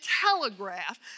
telegraph